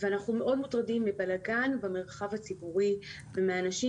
ואנחנו מאוד מוטרדים מבלגן במרחב הציבורי ומאנשים